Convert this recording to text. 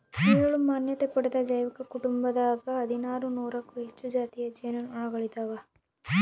ಏಳು ಮಾನ್ಯತೆ ಪಡೆದ ಜೈವಿಕ ಕುಟುಂಬದಾಗ ಹದಿನಾರು ನೂರಕ್ಕೂ ಹೆಚ್ಚು ಜಾತಿಯ ಜೇನು ನೊಣಗಳಿದಾವ